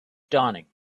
dawning